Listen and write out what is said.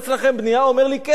הוא אומר לי, כן, לערבים.